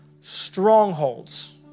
strongholds